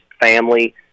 family